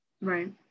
Right